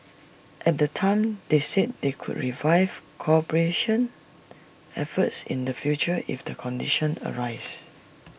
at the time they said they could revive cooperation efforts in the future if the conditions arise